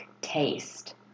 taste